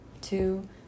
two